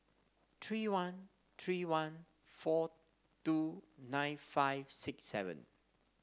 three one three one four two nine five six seven